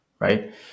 Right